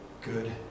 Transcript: good